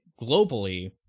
globally